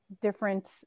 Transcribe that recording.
different